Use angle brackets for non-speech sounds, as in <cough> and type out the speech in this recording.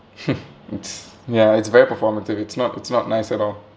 <laughs> it's ya it's very performative it's not it's not nice at all